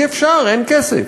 אי-אפשר, אין כסף.